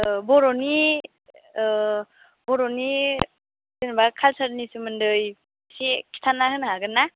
औ बर'नि बर'नि जेन'बा कालचारनि सोमोन्दै एसे खिथाना होनो हागोन ना